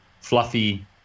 fluffy